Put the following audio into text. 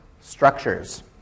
structures